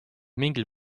mingil